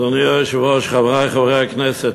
אדוני היושב-ראש, חברי חברי הכנסת,